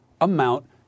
amount